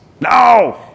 No